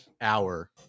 hour